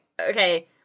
okay